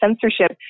censorship